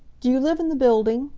do you live in the building?